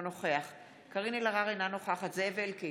אינו נוכח קארין אלהרר, אינה נוכחת זאב אלקין,